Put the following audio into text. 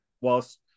whilst